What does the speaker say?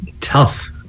tough